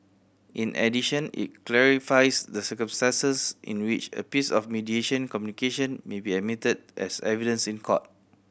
in addition it clarifies the circumstances in which a piece of mediation communication may be admitted as evidence in court